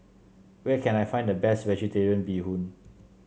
where can I find the best vegetarian Bee Hoon